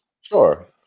sure